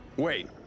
Wait